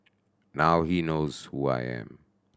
now he knows who I am